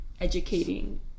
educating